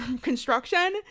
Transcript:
construction